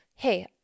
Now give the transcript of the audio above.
hey